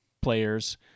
players